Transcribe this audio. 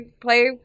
play